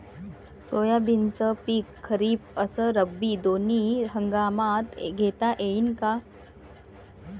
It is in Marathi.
सोयाबीनचं पिक खरीप अस रब्बी दोनी हंगामात घेता येईन का?